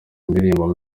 indirimbo